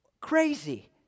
crazy